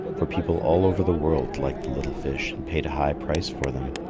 for people all over the world liked the little fish and paid a high price for them.